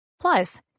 Plus